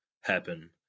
happen